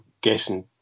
guessing